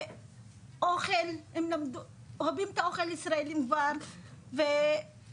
הן אוהבות את האוכל הישראלי והן